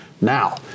Now